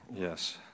yes